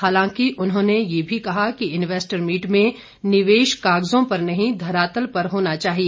हालांकि उन्होंने ये भी कहा कि इन्वेस्टर मीट में निवेश कागजों पर नहीं धरातल पर होना चाहिए